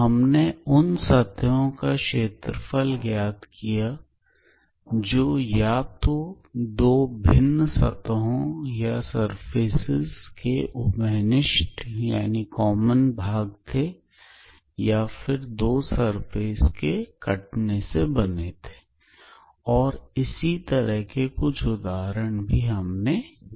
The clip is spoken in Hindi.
हमने उन सतहों का क्षेत्रफल ज्ञात किया जो या तो दो भिन्न सतहों या सरफेस के common भाग थे या फिर दो सरफेस एक दूसरे को किसी जगह काट रहे थे तथा तब भी जब कि एक सरफेस दो समतलों के बीच में है और इसी तरह के कुछ उदाहरण भी हमने किए